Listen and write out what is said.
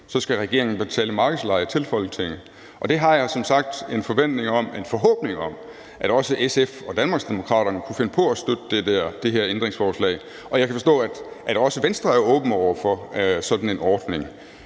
skal regeringen betale markedsleje til Folketinget. Det har jeg som sagt en forventning om, en forhåbning om, at også SF og Danmarksdemokraterne kunne finde på at støtte i forhold til det her ændringsforslag. Jeg kan forstå, at også Venstre er åbne over for sådan en ordning,